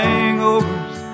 Hangovers